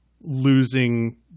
losing